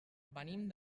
venim